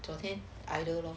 昨天 I don't know